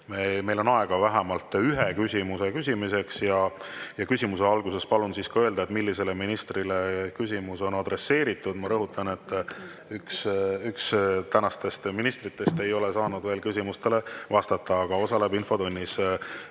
Meil on aega vähemalt ühe küsimuse küsimiseks. Küsimuse alguses palun ka öelda, millisele ministrile küsimus on adresseeritud. Ma rõhutan, et üks ministritest ei ole täna saanud veel küsimustele vastata, aga osaleb infotunnis.